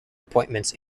appointments